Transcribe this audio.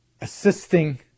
assisting